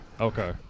Okay